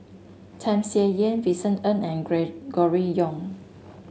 Tham Sien Yen Vincent Ng and Gregory Yong